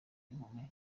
inkumi